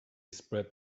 spread